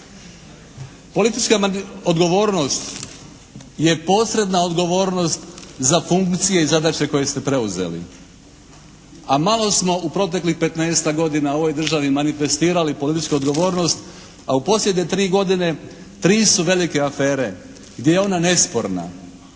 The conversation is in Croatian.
Politička odgovornost je potrebna odgovornost za funkcije i zadaće koje ste preuzeli, a malo smo u proteklih 15-tak godina ovoj državi manifestirali političku odgovornost pa u posljednje tri godine tri su velike afere gdje je ona nesporna,